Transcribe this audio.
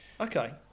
Okay